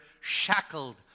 shackled